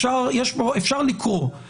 אפשר לקרוא את הכתוב.